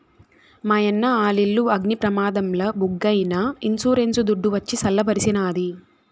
మాయన్న ఆలిల్లు అగ్ని ప్రమాదంల బుగ్గైనా ఇన్సూరెన్స్ దుడ్డు వచ్చి సల్ల బరిసినాది